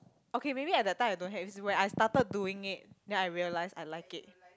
okay maybe at the time I don't have is when I started doing it then I realise I like it